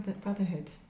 Brotherhood